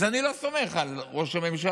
אז אני לא סומך על ראש הממשלה,